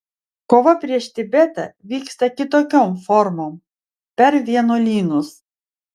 kova prieš tibetą vyksta kitokiom formom per vienuolynus